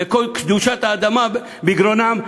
וקול קדושת האדמה בגרונם: